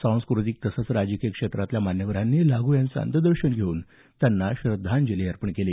सांस्कृतिक तसंच राजकीय क्षेत्रातल्या मान्यवरांनी लागू यांचं अंत्यदर्शन घेऊन त्यांना श्रद्धांजली अर्पण केली